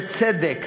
בצדק,